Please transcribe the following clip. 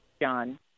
John